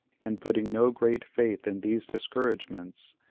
and putting no great faith in these discouragements,